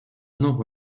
ногу